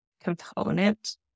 component